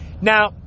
Now